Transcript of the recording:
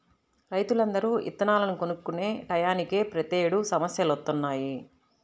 రైతులందరూ ఇత్తనాలను కొనుక్కునే టైయ్యానినే ప్రతేడు సమస్యలొత్తన్నయ్